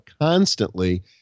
constantly